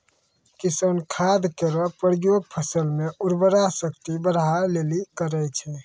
किसान खाद केरो प्रयोग फसल म उर्वरा शक्ति बढ़ाय लेलि करै छै